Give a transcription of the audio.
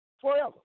forever